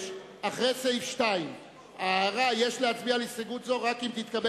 יש הערה: "יש להצביע על הסתייגות זו רק אם התקבלה